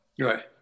Right